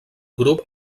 grup